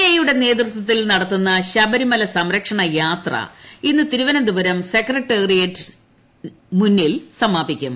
A യുടെ നേതൃത്വത്തിൽ നടത്തുന്ന ശബരിമല സംരക്ഷണയാത്ര ഇന്ന് തിരുവനന്തപുരം സെക്രട്ടറിയേറ്റിന് മുന്നിൽ സമാപിക്കും